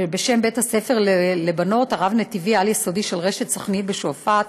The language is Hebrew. בשם בית-הספר לבנות הרב-נתיבי העל-יסודי של רשת סח'נין בשועפאט.